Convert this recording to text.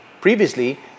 Previously